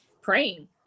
praying